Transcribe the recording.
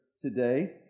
today